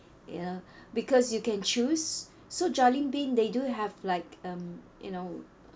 you know because you can choose so Jollibean they do have like um you know